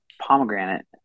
pomegranate